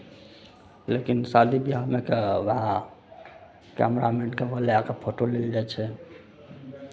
लेकिन शादी विवाहमे कऽ उएह कैमरामैनकेँ बोलाए कऽ फोटो लेल जाइ छै